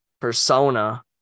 persona